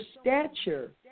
stature